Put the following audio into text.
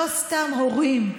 לא סתם הורים,